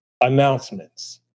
announcements